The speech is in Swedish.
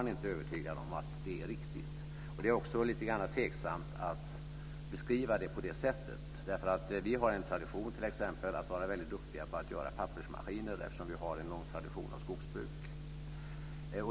Det är också tveksamt att beskriva det så. Vi har en tradition att vara duktiga på att göra pappersmaskiner eftersom vi har en lång tradition av skogsbruk.